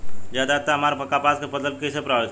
ज्यादा आद्रता हमार कपास के फसल कि कइसे प्रभावित करी?